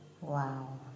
Wow